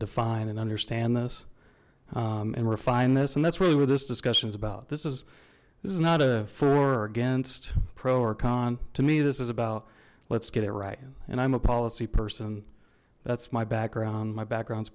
define and understand this and refine this and that's really where this discussion is about this is this is not a for or against pro or con to me this is about let's get it right and i'm a policy person that's my background my backgrounds